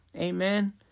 Amen